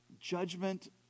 Judgment